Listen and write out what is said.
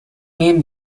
renamed